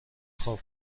خوب